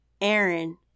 Aaron